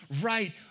right